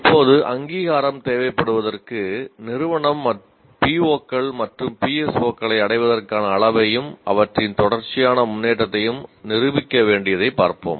இப்போது அங்கீகாரம் தேவைப்படுவதற்கு நிறுவனம் POக்கள் மற்றும் PSOக்களை அடைவதற்கான அளவையும் அவற்றின் தொடர்ச்சியான முன்னேற்றத்தையும் நிரூபிக்க வேண்டியதை பார்ப்போம்